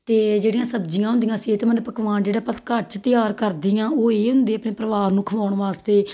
ਅਤੇ ਜਿਹੜੀਆਂ ਸਬਜ਼ੀਆਂ ਹੁੰਦੀਆਂ ਸਿਹਤਮੰਦ ਪਕਵਾਨ ਜਿਹੜਾ ਆਪਾਂ ਘਰ 'ਚ ਤਿਆਰ ਕਰਦੇ ਹਾਂ ਉਹ ਇਹ ਹੁੰਦੇ ਆਪਣੇ ਪਰਿਵਾਰ ਨੂੰ ਖਵਾਉਣ ਵਾਸਤੇ